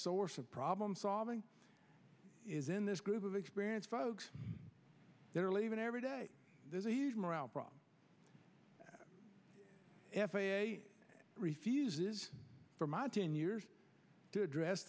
source of problem solving is in this group of experience folks that are leaving everyday there's a huge morale problem at f a a refuses for my ten years to address